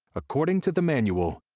according to the manual,